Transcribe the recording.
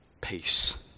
peace